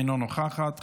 אינה נוכחת,